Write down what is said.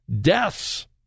Deaths